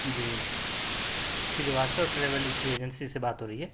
جی Srivastava travel agency سے بات ہو رہی ہے